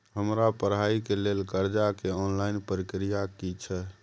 हमरा पढ़ाई के लेल कर्जा के ऑनलाइन प्रक्रिया की छै?